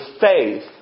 faith